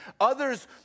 Others